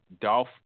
Dolph